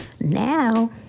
Now